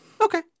Okay